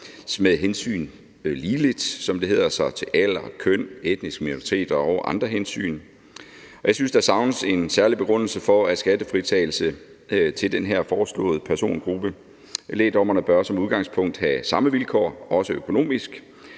repræsenteret ligeligt, som det hedder, med hensyn til alder, køn, etnisk minoritet og andre hensyn, og jeg synes, der savnes en særlig begrundelse for skattefritagelse til den her foreslåede persongruppe. Lægdommerne bør som udgangspunkt have ens vilkår, også økonomisk,